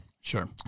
sure